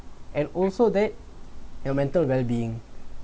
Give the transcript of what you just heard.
and also that your mental well-being